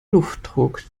luftdruck